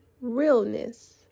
realness